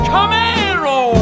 Camaro